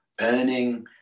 earning